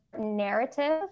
narrative